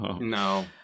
No